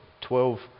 Twelve